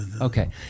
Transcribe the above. Okay